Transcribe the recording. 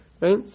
right